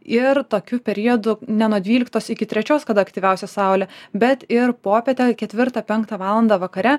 ir tokiu periodu ne nuo dvyliktos iki trečios kada aktyviausia saulė bet ir popietę ketvirtą penktą valandą vakare